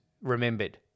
remembered